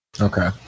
okay